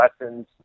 lessons